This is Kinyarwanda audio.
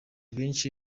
benshi